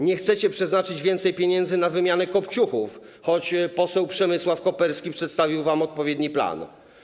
Nie chcecie przeznaczyć więcej pieniędzy na wymianę kopciuchów, choć poseł Przemysław Koperski przedstawił wam odpowiedni plan.